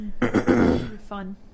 Fun